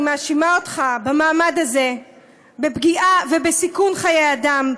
אני מאשימה אותך במעמד הזה בפגיעה ובסיכון חיי אדם,